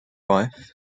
wife